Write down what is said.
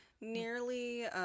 Nearly